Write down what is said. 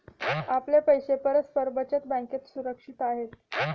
आपले पैसे परस्पर बचत बँकेत सुरक्षित आहेत